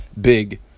big